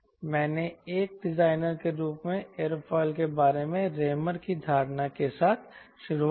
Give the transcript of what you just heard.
मैंने एक डिजाइनर के रूप में एयरोफिल के बारे में रेमर की धारणा के साथ शुरुआत की